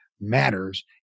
matters